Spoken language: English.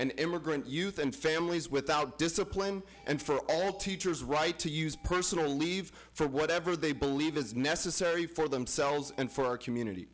and immigrant youth and families without discipline and for all teachers right to use personal leave for whatever they believe is necessary for themselves and for our community